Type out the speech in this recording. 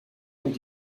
und